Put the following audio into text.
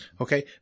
Okay